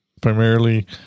Primarily